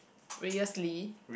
Reyus-Lee